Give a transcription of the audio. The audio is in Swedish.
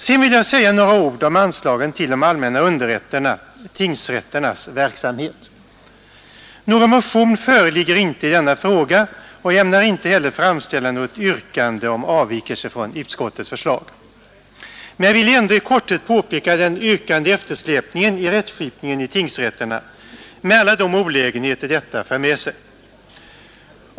Sedan vill jag säga några ord om anslagen till de allmänna underrätternas — tingsrätternas — verksamhet. Någon motion föreligger inte i denna fråga, och jag ämnar inte heller framställa något yrkande om avvikelse från utskottets hemställan. Men jag vill ändå i korthet påpeka den ökande eftersläpningen i rättsskipningen i tingsrätterna med alla de olägenheter denna för med sig.